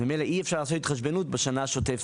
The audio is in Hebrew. אז ממילא אי אפשר לעשות התחשבנות בשנה השוטפת.